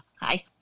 Hi